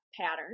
pattern